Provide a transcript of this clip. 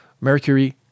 Mercury